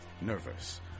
nervous